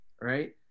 right